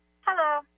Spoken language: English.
hello